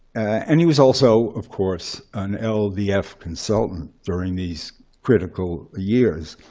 and he was also, of course, an ldf consultant during these critical years.